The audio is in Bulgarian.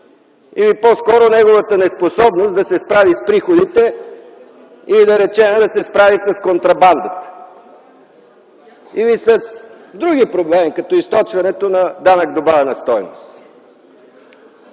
или по-скоро неговата неспособност да се справи с приходите или, да речем, да се справи с контрабандата, или с други проблеми, като източването на данък добавена стойност.